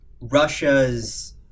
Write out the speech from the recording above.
Russia's